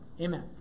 Amen